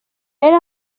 yari